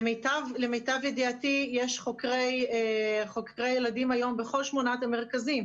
למיטב ידיעתי יש חוקרי ילדים היום בכל שמונת המרכזים.